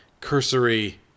cursory